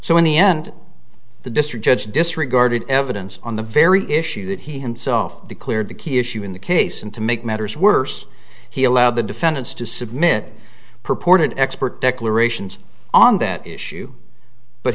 so in the end the district judge disregarded evidence on the very issue that he himself declared a key issue in the case and to make matters worse he allowed the defendants to submit purported expert declarations on that issue but